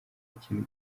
ikintu